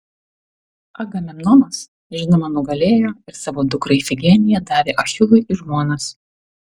agamemnonas žinoma nugalėjo ir savo dukrą ifigeniją davė achilui į žmonas